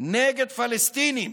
נגד פלסטינים